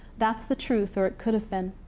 that's the truth, or it could've been.